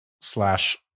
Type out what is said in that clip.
slash